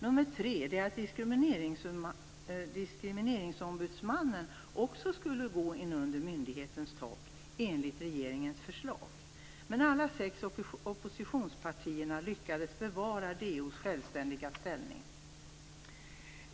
Det tredje är att Diskrimineringsombudsmannen också skall ingå i myndigheten enligt regeringens förslag. Alla sex oppositionspartierna lyckades bevara DO:s självständiga ställning.